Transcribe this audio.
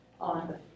On